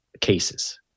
cases